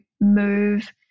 move